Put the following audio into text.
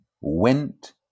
went